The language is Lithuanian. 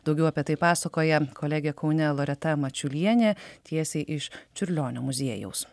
daugiau apie tai pasakoja kolegė kaune loreta mačiulienė tiesiai iš čiurlionio muziejaus